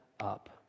up